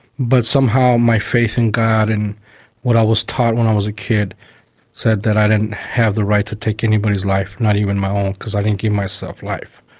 but somehow my faith in god and what i was taught when i was a kid said that i didn't have the right to take anybody's life, not even my own, because i didn't give myself life.